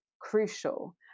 crucial